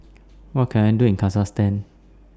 What Can I Do in Kazakhstan